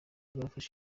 bafashe